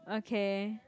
okay